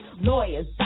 lawyers